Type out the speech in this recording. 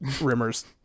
Rimmer's